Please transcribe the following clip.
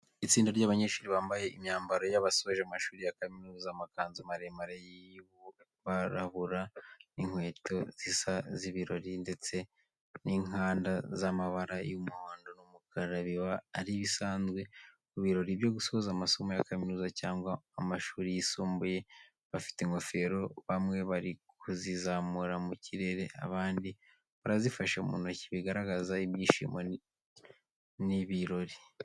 Itsinda ry'abanyeshuri bambaye imyambaro y'abasoje amashuri ya kaminuza, amakanzu maremare yirabura n’inkweto zisa z'ibirori ndetse n’inkanda z’amabara y’umuhondo n’umukara, biba ari ibisanzwe ku birori byo gusoza amasomo ya kaminuza cyangwa amashuri yisumbuye. Bafite ingofero bamwe bari kuzizamura mu kirere, abandi barazifashe mu ntoki, bigaragaza ibyishimo n’ibirori.